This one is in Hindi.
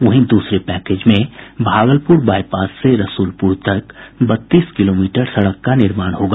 वहीं दूसरे पैकेज में भागलपुर बाईपास से रसूलपुर तक बत्तीस किलोमीटर सड़क का निर्माण होगा